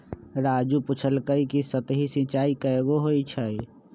राजू पूछलकई कि सतही सिंचाई कैगो होई छई